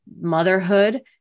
motherhood